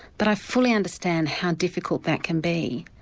but i fully understand how difficult that can be,